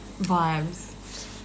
vibes